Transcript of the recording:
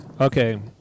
Okay